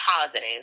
positive